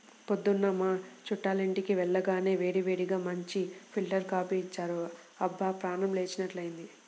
పొద్దున్న మా చుట్టాలింటికి వెళ్లగానే వేడివేడిగా మంచి ఫిల్టర్ కాపీ ఇచ్చారు, అబ్బా ప్రాణం లేచినట్లైంది